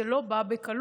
זה לא בא בקלות